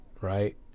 right